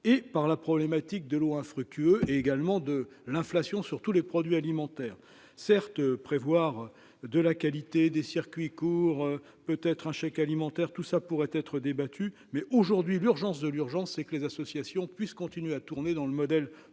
et par la problématique de l'eau infructueux et également de l'inflation sur tous les produits alimentaires certes prévoir de la qualité des circuits courts, peut être un chèque alimentaire tout ça pourrait être débattue mais aujourd'hui, l'urgence de l'urgence et que les associations puissent continuer à tourner dans le modèle français